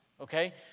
okay